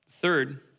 Third